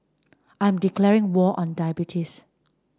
I'm declaring war on diabetes